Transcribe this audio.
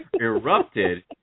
erupted